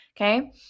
Okay